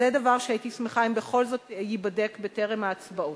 זה דבר שהייתי שמחה אם בכל זאת ייבדק בטרם ההצבעות.